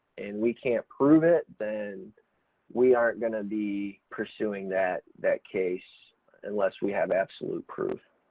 and we can't prove it, then we aren't going to be pursuing that, that case unless we have absolute proof.